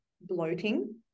bloating